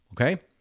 Okay